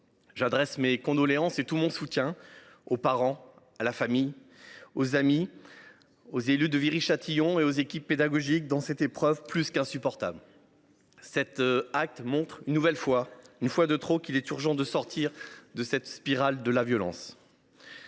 J’adresse mes condoléances et tout mon soutien aux parents, à la famille, aux amis, aux élus de Viry Châtillon et aux équipes pédagogiques dans cette épreuve, plus qu’insupportable. Cet acte montre une nouvelle fois – une fois de trop – qu’il est urgent de sortir de cette spirale de la violence.